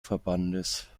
verbandes